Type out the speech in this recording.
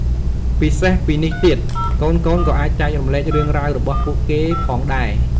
ពិសេសពីនេះទៀត កូនៗក៏អាចចែករំលែករឿងរ៉ាវរបស់ពួកគេផងដែរ។